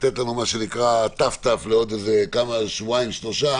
לתת לנו ת"ת לעוד שבועיים שלושה